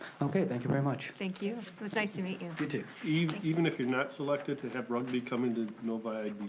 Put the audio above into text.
okay, thank you very much. thank you. it was nice to meet you. you too. even even if you're not selected, to have rugby come into novi, that's